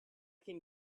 can